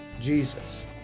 Jesus